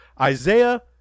Isaiah